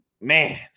Man